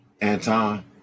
Anton